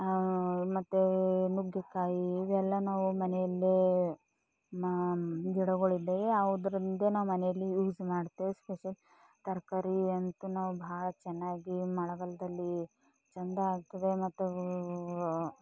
ಮತ್ತೆ ನುಗ್ಗೇಕಾಯಿ ಇವೆಲ್ಲ ನಾವು ಮನೆಯಲ್ಲಿ ಮಾ ಗಿಡಗಳಿದ್ದವು ಅವುದ್ರಿಂದೇ ನಾವು ಮನೆಯಲ್ಲಿ ಯೂಸ್ ಮಾಡ್ತೇವೆ ಸ್ಪೆಷಲ್ ತರಕಾರಿ ಅಂತೂ ನಾವು ಭಾಳ ಚೆನ್ನಾಗಿ ಮಳೆಗಾಲದಲ್ಲಿ ಚೆಂದ ಆಗ್ತದ ಮತ್ತು ಅವು